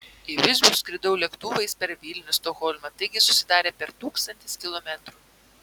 į visbių skridau lėktuvais per vilnių stokholmą taigi susidarė per tūkstantis kilometrų